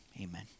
amen